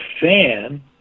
fan